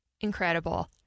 Incredible